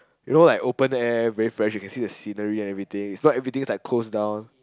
you know like open air very fresh you can see the scenery and everything if not everything is like closed down